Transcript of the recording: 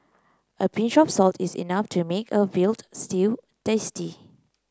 a pinch of salt is enough to make a veal stew tasty